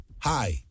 Hi